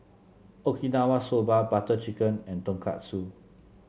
Okinawa Soba Butter Chicken and Tonkatsu